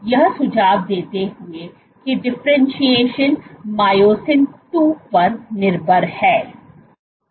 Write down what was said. यह सुझाव देते हुए की डिफरेंटशिएशन मायोसिन II पर निर्भर है